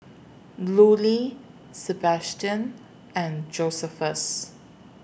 Lulie Sebastian and Josephus